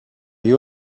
you